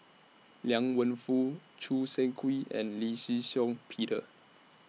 Liang Wenfu Choo Seng Quee and Lee Shih Shiong Peter